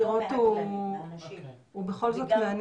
השיח על האסירות הוא בכל זאת מעניין,